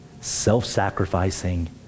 self-sacrificing